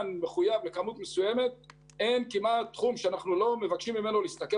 מחויב לכמות מסוימת אין כמעט תחום שאנחנו לא מבקשים ממנו להסתכל